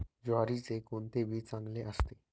ज्वारीचे कोणते बी चांगले असते?